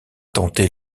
tenter